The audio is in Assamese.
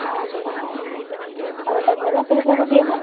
অঁ অঁ আৰু বাহিৰা ল'ৰা ছোৱালীবিলাকো দিয়েনে